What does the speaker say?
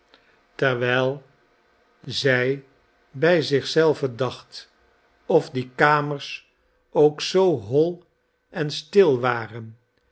kind zij bij zich zelve dacht of die kamers ook zoo hoi en stil waren